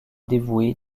dévouée